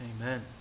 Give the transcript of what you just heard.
Amen